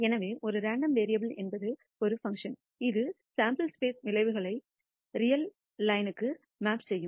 எனவே ஒரு random variable என்பது ஒரு பங்க்ஷன் இது சாம்பிள் ஸ்பேஸ் விளைவுகளை ரியல் லைன்னுக்கு மேப் செய்யும்